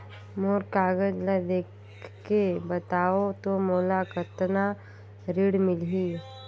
मोर कागज ला देखके बताव तो मोला कतना ऋण मिलही?